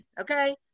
Okay